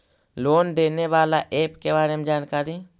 Loan देने बाला app के बारे मे जानकारी?